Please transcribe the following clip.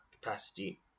Capacity